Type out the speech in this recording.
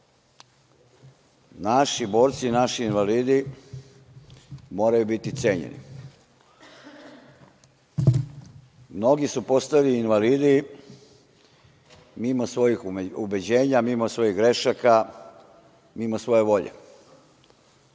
naši borci naši invalidi moraju biti cenjeni. Mnogi su postali invalidi mimo svojih ubeđenja, mimo svojih grešaka, mimo svoje volje. Jedan